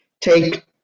take